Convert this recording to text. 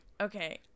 Okay